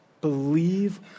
Believe